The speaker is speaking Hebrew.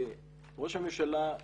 ראש הממשלה,